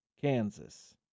Kansas